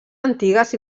antigues